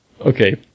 Okay